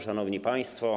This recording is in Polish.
Szanowni Państwo!